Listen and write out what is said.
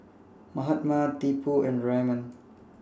Mahatma Tipu and Raman